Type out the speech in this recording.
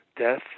death